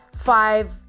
five